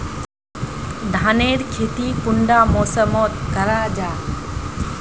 धानेर खेती कुंडा मौसम मोत करा जा?